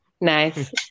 Nice